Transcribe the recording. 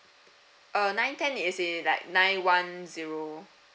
uh nine ten is in like nine one zero